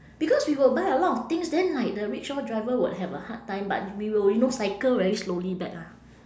because we will buy a lot of things then like the rickshaw driver would have a hard time but we will you know cycle very slowly back lah